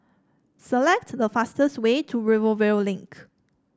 select the fastest way to Rivervale Link